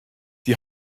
die